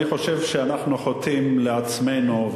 אני חושב שאנחנו חוטאים לעצמנו,